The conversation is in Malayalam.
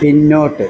പിന്നോട്ട്